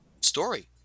story